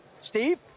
Steve